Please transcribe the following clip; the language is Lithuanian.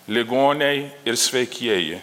ligoniai ir sveikieji